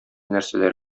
нәрсәләр